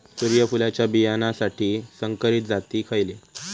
सूर्यफुलाच्या बियानासाठी संकरित जाती खयले?